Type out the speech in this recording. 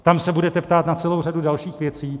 Tam se budete ptát na celou řadu dalších věcí.